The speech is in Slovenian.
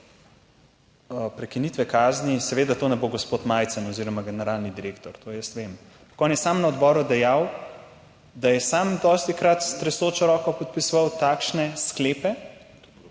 prekinitve kazni, seveda to ne bo gospod Majcen oziroma generalni direktor, to jaz vem. Ampak on je sam na odboru dejal, da je sam dostikrat s tresočo roko podpisoval takšne sklepe